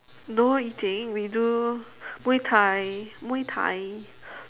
no eating we do muay-thai muay-thai